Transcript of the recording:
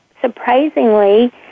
surprisingly